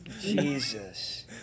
Jesus